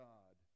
God